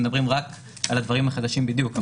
מדברים רק על הדברים החדשים בדיוק.